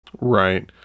Right